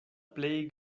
plej